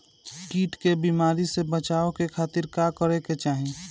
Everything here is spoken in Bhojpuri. कीट के बीमारी से बचाव के खातिर का करे के चाही?